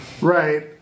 Right